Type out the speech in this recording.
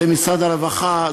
זה משרד הרווחה,